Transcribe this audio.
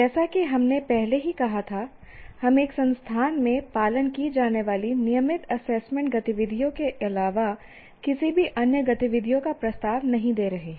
जैसा कि हमने पहले ही कहा था हम एक संस्थान में पालन की जाने वाली नियमित एसेसमेंट गतिविधियों के अलावा किसी भी अन्य गतिविधियों का प्रस्ताव नहीं दे रहे हैं